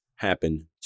happen